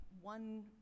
one